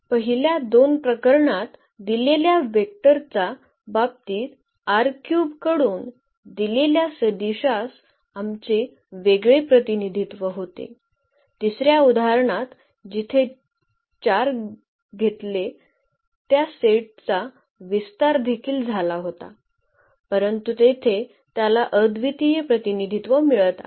पहिल्या दोन प्रकरणात दिलेल्या व्हेक्टरच्या बाबतीत कडून दिलेल्या सदिश्यास आमचे वेगळे प्रतिनिधित्व होते तिसर्या उदाहरणात जिथे 4 घेतले त्या सेटचा विस्तार देखील झाला होता परंतु तेथे तुम्हाला अद्वितीय प्रतिनिधित्व मिळत आहे